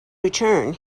return